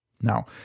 Now